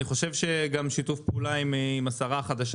אני חושב שגם שיתוף פעולה עם השרה החדשה